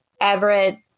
Everett